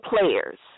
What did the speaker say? players